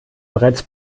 bereits